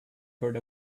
heard